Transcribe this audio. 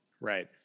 Right